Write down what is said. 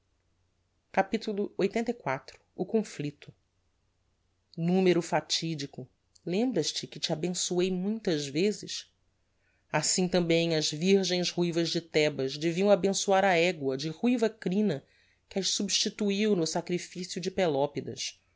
homens capitulo lxxxiv o conflicto numero fatidico lembras-te que te abençoei muitas vezes assim tambem as virgens ruivas de thebas deviam abençoar a egua de ruiva crina que as substituiu no sacrificio de pelopidas